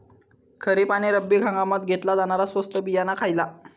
खरीप आणि रब्बी हंगामात घेतला जाणारा स्वस्त बियाणा खयला?